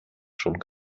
schon